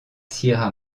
sierra